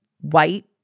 white